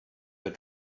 your